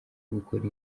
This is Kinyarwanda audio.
gukora